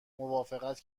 موافقت